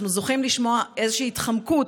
אנחנו זוכים לשמוע איזושהי התחמקות,